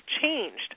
changed